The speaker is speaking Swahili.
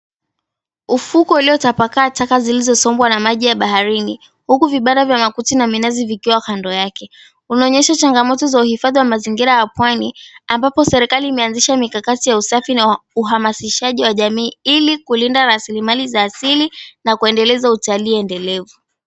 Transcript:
Ufukwe uliotapakaa taka zilizosombwa na maji ya baharini, huku vibanda vya makuti na minazi vikiwa kando yake, unaonyesha changamoto za uhifadhi wa mazingira ya pwani, ambapo serikali imeanzisha mikakati ya usafi na uhamasishaji wa jamii ili kulinda rasilimali za asili na kuendeleza utalii endelevu.